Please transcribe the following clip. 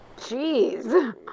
Jeez